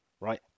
right